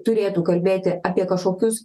turėtų kalbėti apie kažkokius